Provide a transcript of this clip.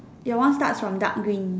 your one starts from dark green